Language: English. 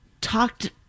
talked